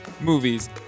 movies